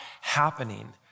happening